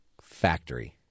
factory